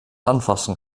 anfassen